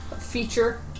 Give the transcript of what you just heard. feature